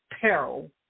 peril